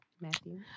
Matthew